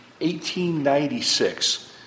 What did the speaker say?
1896